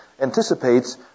anticipates